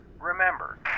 Remember